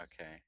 Okay